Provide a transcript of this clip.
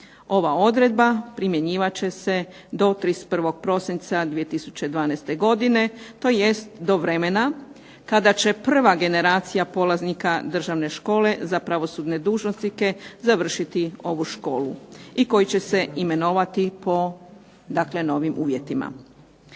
Ova odredba primjenjivat će se do 31. prosinca 2012. godine, tj. do vremena kada će prva generacija polaznika Državne škole za pravosudne dužnosnike završiti ovu školu i koji će se imenovati po novim uvjetima.